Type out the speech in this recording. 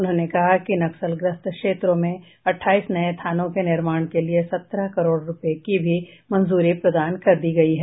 उन्होंने कहा कि नक्सलग्रस्त क्षेत्रों में अट्ठाईस नये थानों के निर्माण के लिए सत्रह करोड़ रूपये की भी मंजूरी प्रदान कर दी गयी है